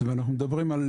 אנחנו רגע לפני